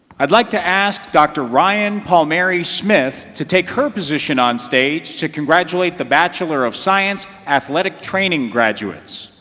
i'd like to ask dr. riann palmieri-smith to take her position onstage to congratulate the bachelor of science athletic training graduates.